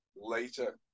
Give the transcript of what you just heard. later